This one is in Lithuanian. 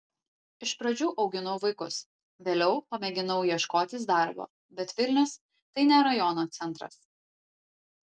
iš pradžių auginau vaikus vėliau pamėginau ieškotis darbo bet vilnius tai ne rajono centras